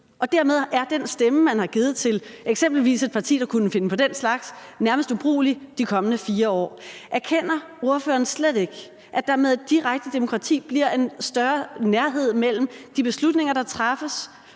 og dermed er den stemme, man har givet til eksempelvis et parti, der kunne finde på den slags, nærmest ubrugelig de kommende 4 år. Anerkender ordføreren slet ikke, at der med et direkte demokrati bliver en større nærhed mellem de beslutninger, der træffes,